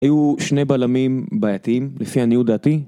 היו שני בלמים בעייתיים לפי עניות דעתי